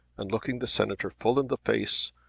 and, looking the senator full in the face,